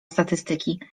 statystyki